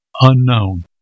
unknown